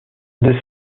décès